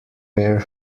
pair